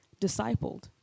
discipled